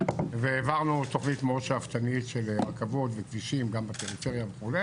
והעברנו תוכנית מאוד שאפתנית של רכבות וכבישים גם בפריפריה וכו'.